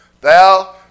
thou